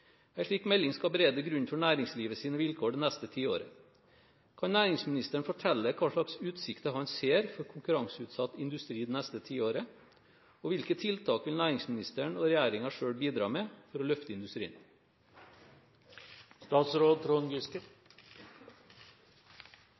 slik melding skal berede grunnen for næringslivets vilkår det neste tiåret. Kan næringsministeren fortelle hva slags utsikter han ser for konkurranseutsatt industri det neste tiåret? Og hvilke tiltak vil næringsministeren og regjeringen selv bidra med for å løfte